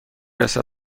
رسد